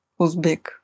Uzbek